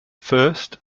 first